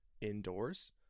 indoors